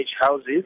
houses